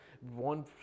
One